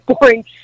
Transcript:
boring